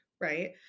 right